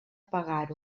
pagar